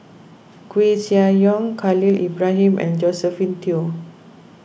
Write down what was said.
Koeh Sia Yong Khalil Ibrahim and Josephine Teo